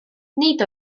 nid